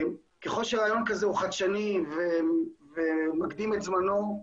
ככל שרעיון כזה הוא חדשני ומקדים את זמנו,